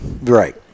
Right